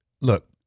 look